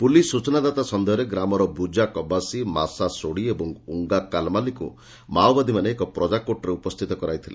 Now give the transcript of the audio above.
police ସୂଚନାଦାତା ସନ୍ଦେହରେ ଗ୍ରାମର ବୁଜା କବାସୀ ମାସା ସୋଡ଼ି ଓ ଉଙ୍ଙା କାଲମାଲିକୁ ମାଓବାଦୀମାନେ ଏକ ପ୍ରଜାକୋର୍ଟରେ ଉପସ୍ଥିତ କରାଇଥିଲେ